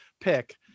pick